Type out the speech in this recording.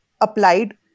applied